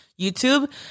YouTube